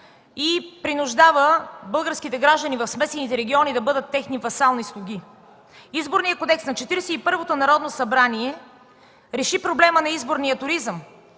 и принуждава българските граждани в смесените региони да бъдат техни васални слуги. Изборният кодекс на Четиридесет и първото Народно събрание реши проблема на изборния туризъм,